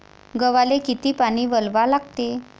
गव्हाले किती पानी वलवा लागते?